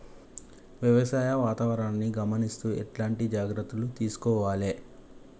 వ్యవసాయ వాతావరణాన్ని గమనిస్తూ ఎట్లాంటి జాగ్రత్తలు తీసుకోవాలే?